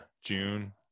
June